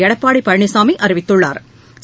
எடப்பாடி பழனிசாமி அறிவித்துள்ளாா்